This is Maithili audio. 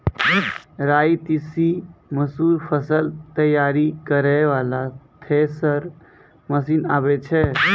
राई तीसी मसूर फसल तैयारी करै वाला थेसर मसीन आबै छै?